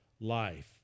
life